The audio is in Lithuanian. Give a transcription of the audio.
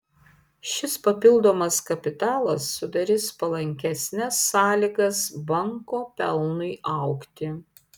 šis papildomas kapitalas sudarys palankesnes sąlygas banko pelnui augti